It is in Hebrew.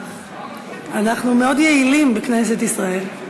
אנחנו מאוד יעילים בכנסת ישראל.